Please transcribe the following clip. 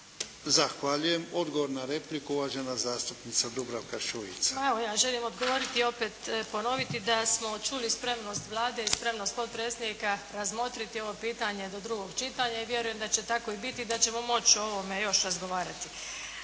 Zahvaljujem. Odgovor na repliku uvažena zastupnica Dubravka Šuica. **Šuica, Dubravka (HDZ)** Pa evo, ja želim odgovoriti i opet ponoviti da smo čuli spremnost Vlade i spremnost potpredsjednika razmotriti ovo pitanje do drugo čitanja i vjerujem da će tako i biti i da ćemo moći o ovome još razgovarati.